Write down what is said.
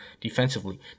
defensively